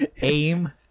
AIM